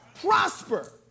Prosper